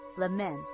lament